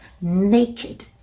naked